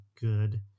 good